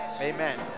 Amen